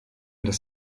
dass